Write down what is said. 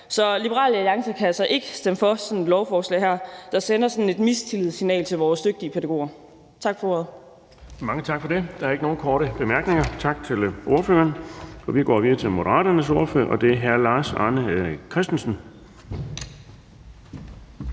Så Liberal Alliance kan altså ikke stemme for sådan et lovforslag her, der sender sådan et mistillidssignal til vores dygtige pædagoger. Tak for ordet. Kl. 09:13 Den fg. formand (Erling Bonnesen): Mange tak for det. Der er ikke nogen korte bemærkninger. Tak til ordføreren. Vi går videre til Moderaternes ordfører, og det er hr. Lars Arne Christensen.